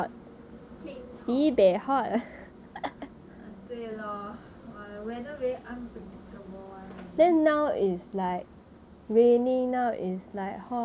or like cling ya cling top err 对 lor !wah! the weather very unpredictable one lor